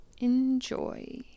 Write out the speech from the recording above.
Enjoy